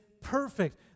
perfect